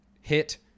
hit